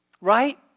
right